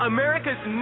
America's